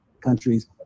countries